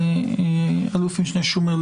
אלוף משנה שומר,